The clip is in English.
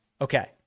okay